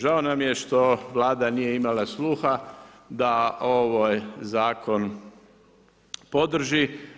Žao nam je što Vlada nije imala sluha da ovaj zakon podrži.